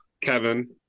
kevin